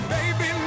Baby